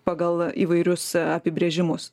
pagal įvairius apibrėžimus